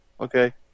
Okay